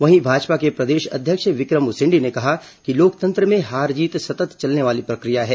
वहीं भाजपा के प्रदेश अध्यक्ष विक्रम उसेण्डी ने कहा कि लोकतंत्र में हार जीत सतत् चलने वाली प्रक्रिया है